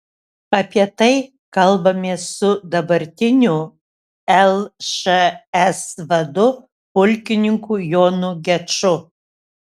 apie tai kalbamės su dabartiniu lšs vadu pulkininku jonu geču